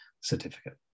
certificate